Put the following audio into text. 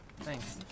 thanks